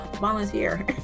volunteer